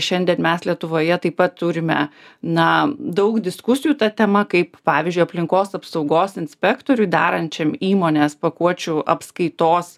šiandien mes lietuvoje taip pat turime na daug diskusijų ta tema kaip pavyzdžiui aplinkos apsaugos inspektoriui darančiam įmonės pakuočių apskaitos